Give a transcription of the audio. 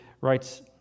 writes